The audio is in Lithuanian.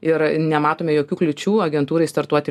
ir nematome jokių kliūčių agentūrai startuoti